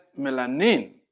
melanin